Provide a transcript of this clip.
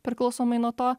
priklausomai nuo to